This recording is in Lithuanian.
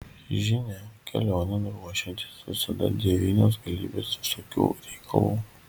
žinia kelionėn ruošiantis visada devynios galybės visokių reikalų